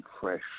fresh